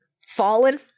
fallen